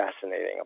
fascinating